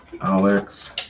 Alex